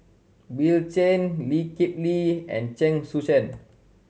Bill Chen Lee Kip Lee and Chen Sucheng